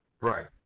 Right